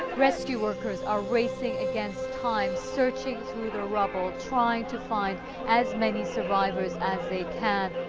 rescue workers are racing against time, searching through the rubble, trying to find as many survivors as they can.